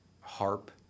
harp